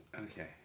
Okay